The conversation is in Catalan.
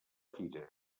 fira